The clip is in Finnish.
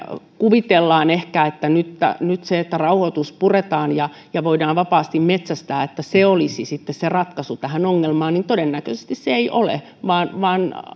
kuvittelemme ehkä että nyt kun rauhoitus puretaan ja ja voidaan vapaasti metsästää se olisi sitten se ratkaisu tähän ongelmaan niin mielestäni todennäköisesti se ei ole vaan vaan